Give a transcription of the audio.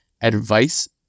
advice